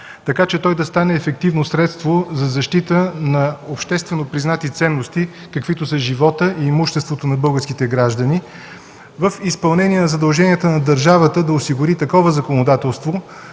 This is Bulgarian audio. така че той да стане ефективно средство за защита на обществено признати ценности, каквито са животът и имуществото на българските граждани, в изпълнение задължението на държавата да осигури такова законодателство,